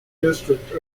district